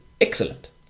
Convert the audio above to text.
excellent